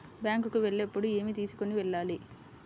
Bank కు వెళ్ళేటప్పుడు ఏమి తీసుకొని వెళ్ళాలి?